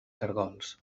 caragols